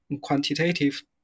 quantitative